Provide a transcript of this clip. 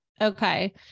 Okay